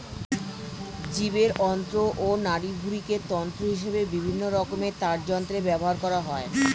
জীবের অন্ত্র ও নাড়িভুঁড়িকে তন্তু হিসেবে বিভিন্ন রকমের তারযন্ত্রে ব্যবহার করা হয়